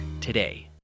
today